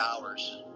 hours